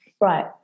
Right